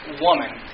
woman